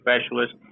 specialist